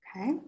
Okay